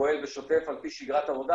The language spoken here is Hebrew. הוא פועל בשוטף על פי שגרת עבודה,